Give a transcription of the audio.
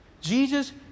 Jesus